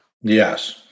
Yes